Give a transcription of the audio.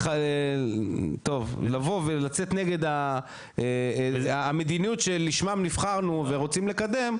ולבוא ולצאת נגד המדיניות שלשמה נבחרנו ורוצים לקדם,